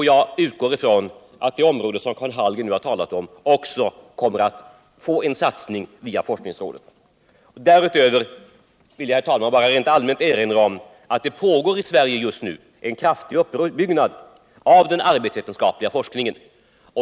Jag utgår ifrån att det via forskningsrådet också kommer att satsas på det område som Karl Hallgren har talat om. Därutöver vill jag, herr talman. rent allmänt erinra om att det i Sverige just nu pågår en kraftig uppbyggnad av den arbetsvetenskapliga forskningen.